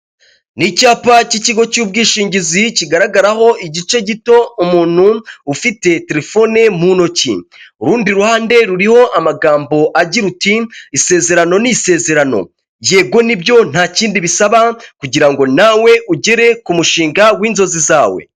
Ni icyapa k'ikigo cy'ubwishingizi kigaragaraho igice gito umuntu ufite telefone mu ntoki. Urundi ruhande ruriho amagambo agira ati isezerano ni isezerano yego nibyo ntakindi bisaba kugira nawe ugere ku mushinga w'inzozi zawe.